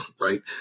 right